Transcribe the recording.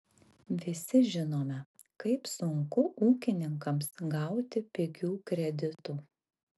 visi žinome kaip sunku ūkininkams gauti pigių kreditų